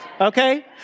okay